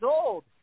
old